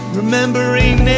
remembering